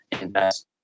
invest